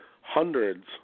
hundreds